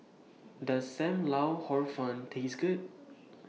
Does SAM Lau Hor Fun Taste Good